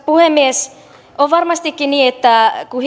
puhemies on varmastikin niin että kun